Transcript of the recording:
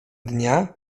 dnia